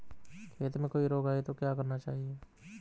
खेत में कोई रोग आये तो क्या करना चाहिए?